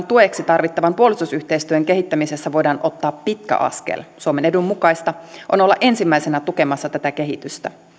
tueksi tarvittavan puolustusyhteistyön kehittämisessä voidaan ottaa pitkä askel suomen edun mukaista on olla ensimmäisenä tukemassa tätä kehitystä